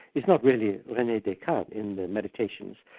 is not really rene descartes in the meditations,